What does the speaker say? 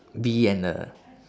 bee and the